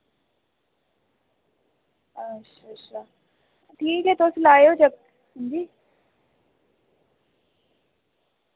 अच्छ अच्छा ठीक ऐ तुस लायो चक्क हां जी